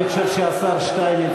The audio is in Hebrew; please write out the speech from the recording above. אני חושב שהשר שטייניץ